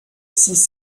six